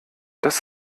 das